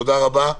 תודה רבה.